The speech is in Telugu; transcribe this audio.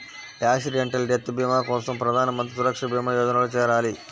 యాక్సిడెంటల్ డెత్ భీమా కోసం ప్రధాన్ మంత్రి సురక్షా భీమా యోజనలో చేరాలి